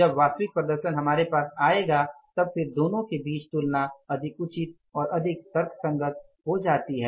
जब वास्तविक प्रदर्शन हमारे पास आएगा तब फिर दोनों के बीच तुलना अधिक उचित और अधिक तर्कसंगत हो जाती है